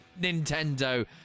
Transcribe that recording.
nintendo